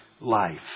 life